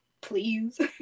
please